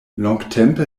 longtempe